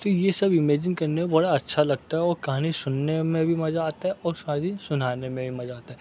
تو یہ سب امیجن کرنے میں بڑا اچھا لگتا ہے اور کہانی سننے میں بھی مزہ آتا ہے اور شاعری سنانے میں بھی مزہ آتا ہے